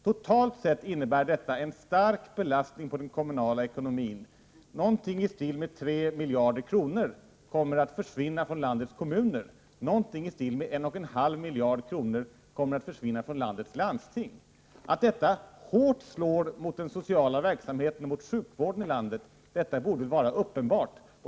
Totalt sett innebär detta en stark belastning på den kommunala ekonomin. Någonting i stil med 3 miljarder kronor kommer att försvinna från landets kommuner. Något i stil med 1,5 miljarder kommer att försvinna från landets landsting. Att detta slår hårt mot den sociala verksamheten och mot sjukvården i landet borde vara uppenbart.